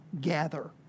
gather